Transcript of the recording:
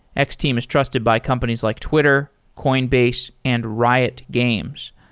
x-team is trusted by companies like twitter, coinbase and riot games.